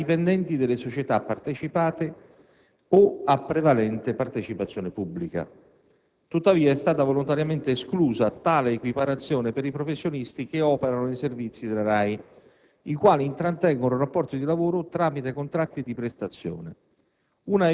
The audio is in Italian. ai dipendenti delle società partecipate o a prevalente partecipazione pubblica. Tuttavia, è stata volontariamente esclusa tale equiparazione per i professionisti che operano nei servizi della RAI, i quali intrattengono rapporti di lavoro tramite contratti di prestazione.